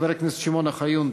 חבר הכנסת שמעון אוחיון.